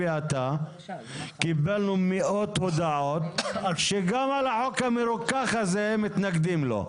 אתה ואני קיבלנו מאות הודעות שגם על החוק המרוכך הזה מתנגדים לו.